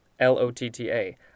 L-O-T-T-A